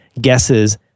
guesses